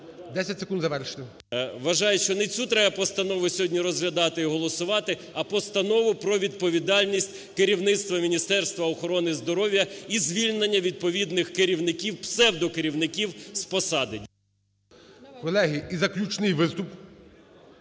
10 секунд завершити. ПАВЛЕНКО Ю.О. Вважаю, що не цю треба постанову сьогодні розглядати і голосувати, а постанову про відповідальність керівництва Міністерства охорони здоров'я і звільнення відповідних керівників... псевдокерівників з посади. ГОЛОВУЮЧИЙ. Колеги, і заключний виступ.